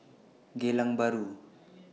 Geylang Bahru